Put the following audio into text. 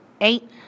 eight